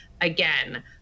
again